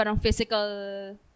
physical